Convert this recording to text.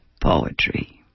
poetry